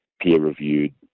peer-reviewed